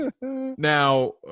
Now